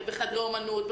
חדרי אמנות,